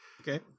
Okay